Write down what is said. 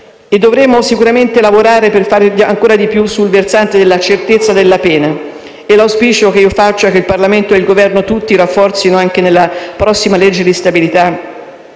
E dovremo sicuramente lavorare per fare ancora di più sul versante della certezza della pena. E l'auspicio che faccio è che il Parlamento e il Governo rafforzino, anche nella prossima legge di stabilità,